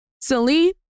celine